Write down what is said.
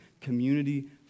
community